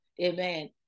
Amen